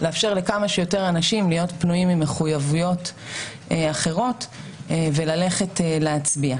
לאפשר לכמה שיותר אנשים להיות פנויים ממחויבויות אחרות וללכת להצביע.